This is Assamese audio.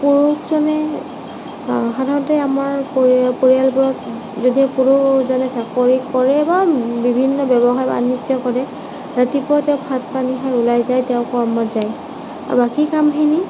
সাধাৰণতে আমাৰ পৰিয়ালবিলাকত যদিও কোনোবা এজনে চাকৰি কৰে বা বিভিন্ন ব্য়ৱসায় বাণিজ্য় কৰে ৰাতিপুৱাই তেওঁ ভাত পানী খাই ওলাই যায় তেওঁৰ কৰ্মত যায় বাকী কামখিনি